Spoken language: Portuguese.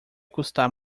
custar